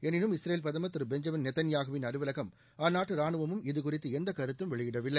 எனினும் இஸ்ரேல் பிரதமர் திரு பெஞ்சன் நியத்தன்யாகுவின் அலுவலகம் அந்நாட்டு ராணுவமும் இது குறித்து எந்த கருத்தும் வெளியிடவில்லை